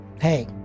hey